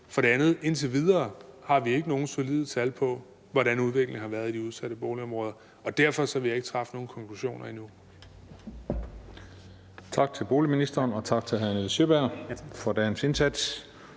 For det andet har vi indtil videre ikke nogen solide tal på, hvordan udviklingen har været i de udsatte boligområder. Derfor vil jeg ikke drage nogen konklusioner endnu.